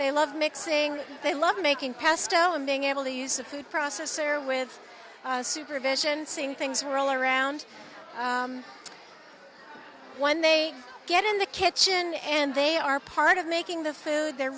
they love mixing they love making pesto and being able to use a food processor with supervision seeing things were all around when they get in the kitchen and they are part of making the food the